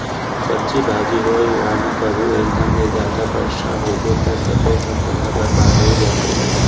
सब्जी भाजी होए हुवाए म कभू एकदम ले जादा बरसा होगे त सब्बो फसल ह बरबाद हो जाथे